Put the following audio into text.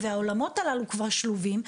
העולמות הללו כבר שלובים,